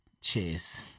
Cheers